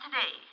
today